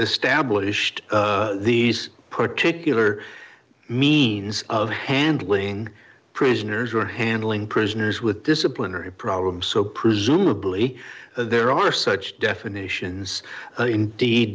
established these particular means of handling prisoners or handling prisoners with disciplinary problems so presumably there are such definitions indeed